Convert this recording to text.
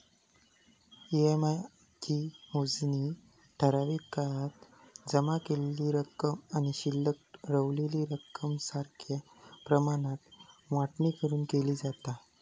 EMI ची मोजणी ठराविक काळात जमा केलेली रक्कम आणि शिल्लक रवलेली रक्कम सारख्या प्रमाणात वाटणी करून केली जाता